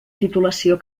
titulació